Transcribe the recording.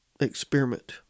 experiment